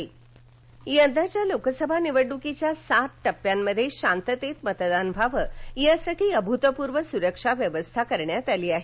सुरक्षा व्यवस्था यंदाच्या लोकसभा निवडणुकीच्या सात टप्प्यांमध्ये शांततेत मतदान व्हावं यासाठी अभूतपूर्व सुरक्षा व्यवस्था करण्यात आली आहे